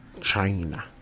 China